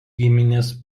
giminės